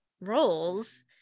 roles